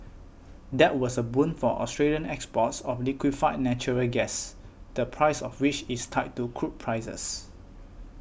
that was a boon for Australian exports of liquefied natural gas the price of which is tied to crude prices